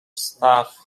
staff